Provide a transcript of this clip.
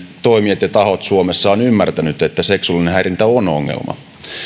toimijat ja tahot suomessa ovat ymmärtäneet että seksuaalinen häirintä on ongelma